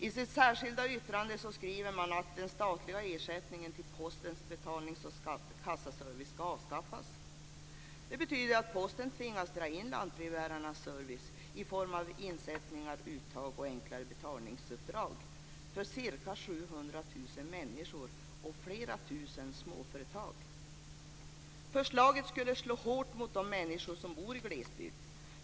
I sitt särskilda yttrande skriver de att den statliga ersättningen till Postens betalnings och kassaservice ska avskaffas. Det betyder att Posten tvingas dra in lantbrevbärarnas service i form av insättningar, uttag och enklare betalningsuppdrag för ca 700 000 människor och flera tusen småföretag. Förslaget skulle slå hårt mot de människor som bor i glesbygd.